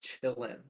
chilling